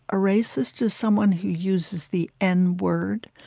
a racist is someone who uses the n word.